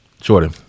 Jordan